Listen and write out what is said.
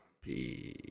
Peace